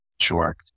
Sure